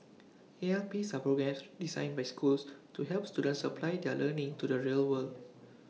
ALPs are programmes designed by schools to help students apply their learning to the real world